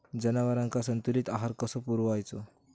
जनावरांका संतुलित आहार कसो पुरवायचो?